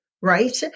right